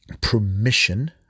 permission